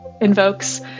invokes